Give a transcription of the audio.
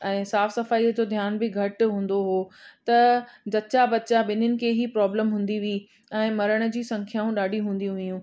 ऐं साफ़ सफ़ाई जो ध्यानु बि घटि हूंदो हो त जच्चा बच्चा ॿिन्हीनि खे ई प्रोब्लम हूंदी हुई ऐं मरण जी संख्याऊं ॾाढी हूंदी हुइयूं